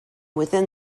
within